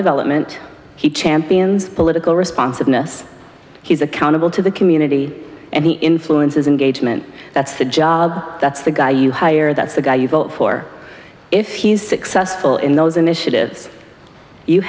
development he champions political responsiveness he's accountable to the community and the influences and that's the job that's the guy you hire that's the guy you vote for if he's successful in those initiatives you